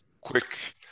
quick